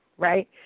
right